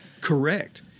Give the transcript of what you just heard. Correct